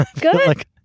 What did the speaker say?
Good